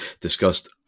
discussed